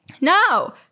No